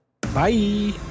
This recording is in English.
Bye